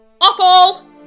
Awful